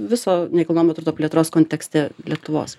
viso nekilnojamo turto plėtros kontekste lietuvos